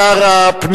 אדוני שר הפנים,